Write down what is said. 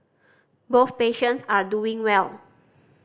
both patients are doing well